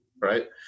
right